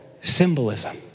symbolism